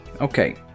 Okay